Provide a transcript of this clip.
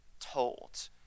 told